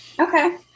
Okay